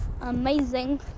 amazing